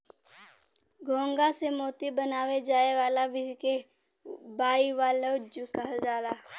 घोंघा से मोती बनाये जाए वाला विधि के बाइवाल्वज कहल जाला